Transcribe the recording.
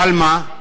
אבל מה?